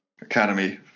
academy